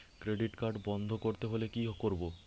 Credit card বন্ধ করতে হলে কি করব?